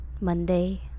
Monday